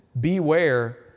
beware